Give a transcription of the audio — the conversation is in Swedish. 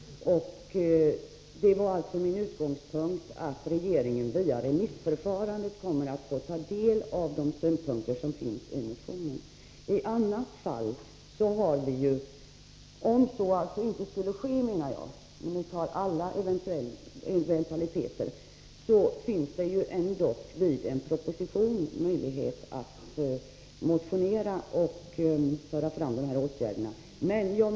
Min utgångspunkt var alltså att regeringen via remissförfarandet kommer att få ta del av de synpunkter som finns i motionen. I annat fall har vi ju, om så inte skulle ske, möjlighet att vid behandlingen av en proposition motionera och föra fram krav på dessa åtgärder.